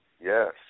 Yes